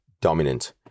dominant